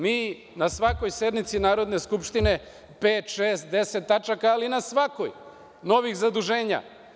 Mi na svakoj sednici Narodne skupštine pet, šest, deset tačaka, ali na svakoj, novih zaduženja.